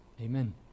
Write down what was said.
amen